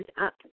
up